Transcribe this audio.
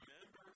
Remember